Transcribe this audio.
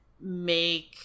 make